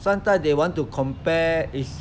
sometimes they want to compare is